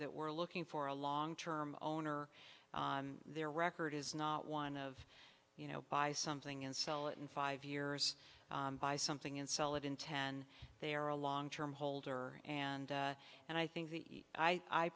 that we're looking for a long term owner their record is not one of you know buy something and sell it in five years buy something and sell it in ten they are a long term holder and and i think the i